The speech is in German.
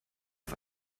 auf